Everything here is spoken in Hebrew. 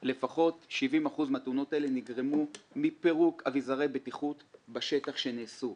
של הכנסת שמראים שלפחות 70% נגרמו מפירוק אביזרי בטיחות שנעשה בשטח.